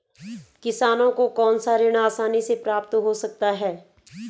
किसानों को कौनसा ऋण आसानी से प्राप्त हो सकता है?